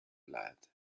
lad